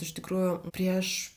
iš tikrųjų prieš